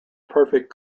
perfect